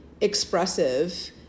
expressive